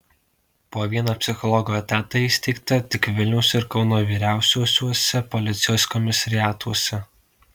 po vieną psichologo etatą įsteigta tik vilniaus ir kauno vyriausiuosiuose policijos komisariatuose